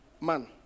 man